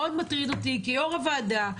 מאוד מטריד אותי כיו"ר הוועדה,